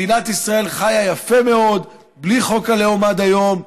מדינת ישראל חיה יפה מאוד בלי חוק הלאום עד היום,